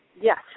Yes